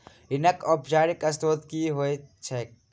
ऋणक औपचारिक स्त्रोत की होइत छैक?